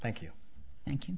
thank you thank you